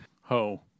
ho